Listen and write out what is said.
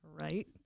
Right